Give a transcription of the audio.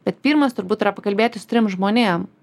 bet pirmas turbūt yra pakalbėti su trim žmonėm